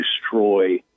destroy